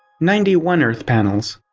ninety one earth panels.